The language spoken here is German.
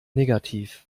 negativ